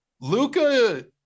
Luca